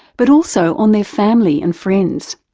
but also on their family and friends.